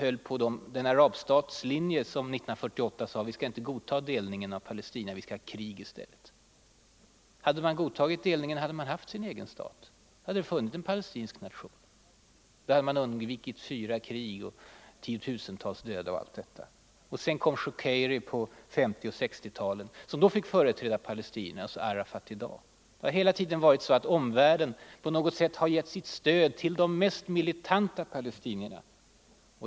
Senare den arabstats linje som år 1948 kungjorde: vi kan inte godta delningen av Palestina, vi skall ha krig i stället. Hade man godtagit delningen, hade palestinierna nu haft sin egen stat. Då hade det funnits en palestinsk nation. Då hade man undvikit fyra krig och tiotusentals döda och allt detta elände. Sedan kom Shukeiry på 1950 och 1960-talen, och han förde till nya olyckor. I dag har vi Arafat. Det har hela tiden varit så, att omvärlden på olika sätt gett sitt stöd till de mest militanta palestinierna.